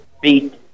beat